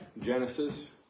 Genesis